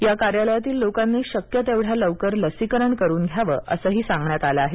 या कार्यालयातील लोकांनी शक्य तेवढ्या लवकर लसीकरण करून घ्यावं असंही सांगण्यात आलं आहे